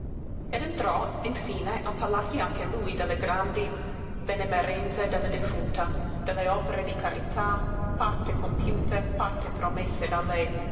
ed entrò infine a parlargli anche lui delle grandi benemerenze della defunta delle opere di carità parte compiute parte promesse da lei